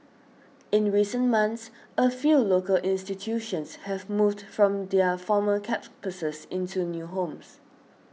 in recent months a few local institutions have moved from their former campuses into new homes